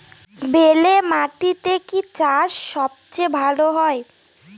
বেলে মাটিতে কি চাষ সবচেয়ে ভালো হয়?